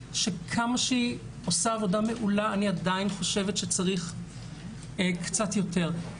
שכמה שהיא עושה עבודה מעולה - אני עדיין חושבת שצריך קצת יותר.